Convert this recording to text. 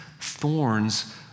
thorns